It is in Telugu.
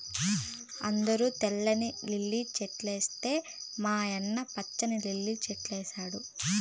అందరూ తెల్ల లిల్లీ సెట్లేస్తే మా యన్న పచ్చ లిల్లి సెట్లేసినాడు